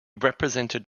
represented